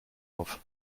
auf